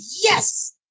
yes